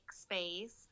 space